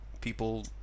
people